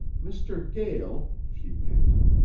mr. gael, she panted,